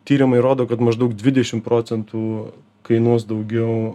tyrimai rodo kad maždaug dvidešim procentų kainuos daugiau